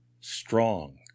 strong